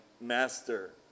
Master